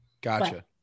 Gotcha